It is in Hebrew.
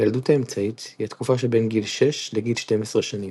הילדות האמצעית היא התקופה שבין גיל 6 לגיל 12 שנים.